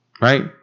Right